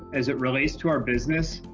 as it relates to our business,